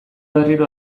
berriro